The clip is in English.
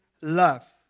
love